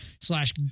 slash